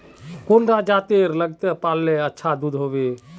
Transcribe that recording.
कौन सा जतेर लगते पाल्ले अच्छा दूध होवे?